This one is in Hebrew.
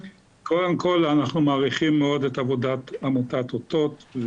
קודם כל אנחנו מעריכים מאוד את עבודת עמותת אותות,